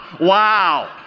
Wow